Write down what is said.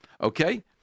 Okay